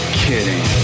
kidding